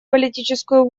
политическую